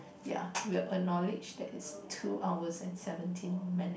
ya we'll acknowledge that it's two hour and seventeen minutes